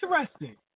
interesting